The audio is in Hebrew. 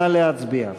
נא להצביע.